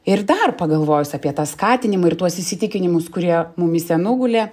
ir dar pagalvojus apie tą skatinimą ir tuos įsitikinimus kurie mumyse nugulė